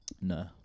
no